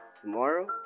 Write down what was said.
tomorrow